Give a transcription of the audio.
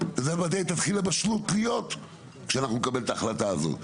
תתחיל הבשלות להיות כשאנחנו נקבל את ההחלטה הזו.